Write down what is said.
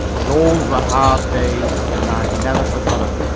those were hard days and i've never forgot em.